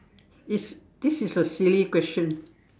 is this is a silly question